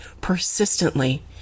persistently